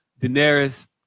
Daenerys